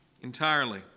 entirely